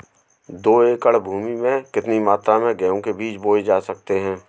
दो एकड़ भूमि में कितनी मात्रा में गेहूँ के बीज बोये जा सकते हैं?